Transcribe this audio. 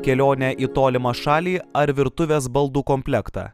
kelionę į tolimą šalį ar virtuvės baldų komplektą